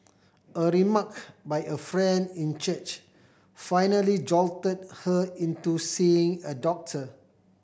a remark by a friend in church finally jolted her into seeing a doctor